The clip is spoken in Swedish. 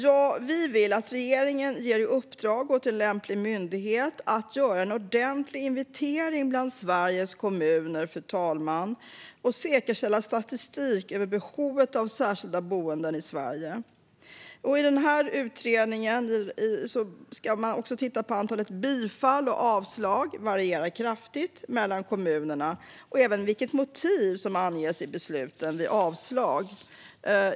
Vi vill, fru talman, att regeringen ger i uppdrag åt en lämplig myndighet att göra en ordentlig inventering bland Sveriges kommuner och säkerställa statistik över behovet av särskilda boenden i Sverige. I utredningen ska man också titta på antalet bifall och avslag - något som varierar kraftigt mellan kommunerna - och även på vilka motiv som anges i besluten om avslag.